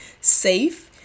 safe